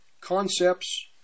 concepts